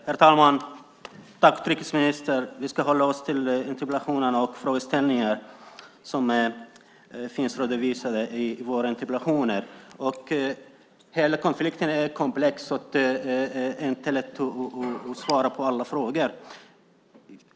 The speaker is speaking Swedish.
Herr talman! Tack, utrikesministern! Vi ska hålla oss till interpellationerna och de frågeställningar som finns redovisade där. Hela konflikten är komplex. Det är inte lätt att svara på alla frågor.